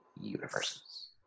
universes